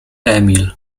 emil